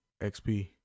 XP